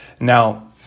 Now